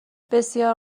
بسیار